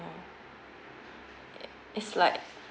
it's like